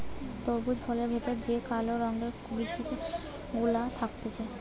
তরমুজ ফলের ভেতর যে কালো রঙের বিচি গুলা থাকতিছে